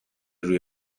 روی